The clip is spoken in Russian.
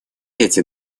эти